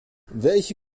welche